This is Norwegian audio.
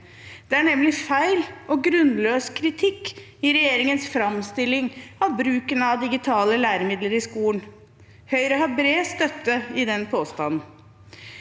Det er nemlig feil og grunnløs kritikk i regjeringens framstilling av bruken av digitale læremidler i skolen. Høyre har bred støtte i den påstanden.